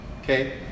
okay